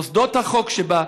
מוסדות החוק שבה,